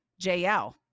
JL